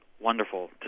wonderful